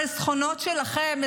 החסכונות שלכם,